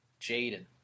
Jaden